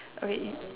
okay wait